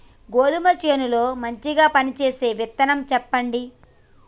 గోధుమ చేను లో మంచిగా పనిచేసే విత్తనం చెప్పండి?